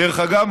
דרך אגב,